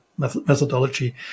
methodology